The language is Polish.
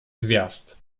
gwiazd